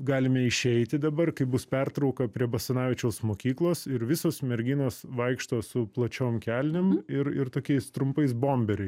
galime išeiti dabar kai bus pertrauka prie basanavičiaus mokyklos ir visos merginos vaikšto su plačiom kelnėm ir ir tokiais trumpais bomberiai